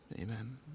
Amen